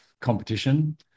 competition